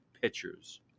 pitchers